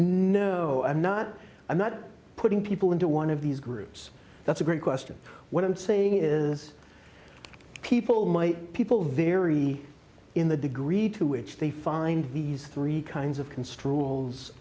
no i'm not i'm not putting people into one of these groups that's a great question what i'm saying is people my people vary in the degree to which they find these three kinds of constr